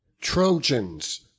Trojans